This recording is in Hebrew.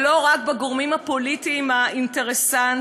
ולא רק בגורמים הפוליטיים האינטרסנטיים.